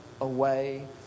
away